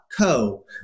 .co